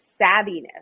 savviness